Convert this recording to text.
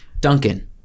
Duncan